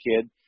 kid